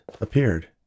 appeared